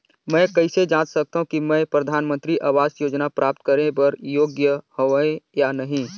मैं कइसे जांच सकथव कि मैं परधानमंतरी आवास योजना प्राप्त करे बर योग्य हववं या नहीं?